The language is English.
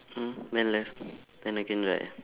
mm my left then again right ah